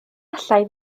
allai